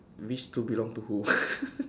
which stool belong to who